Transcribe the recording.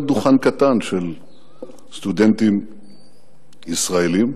ואני רואה דוכן קטן של סטודנטים ישראלים,